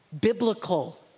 biblical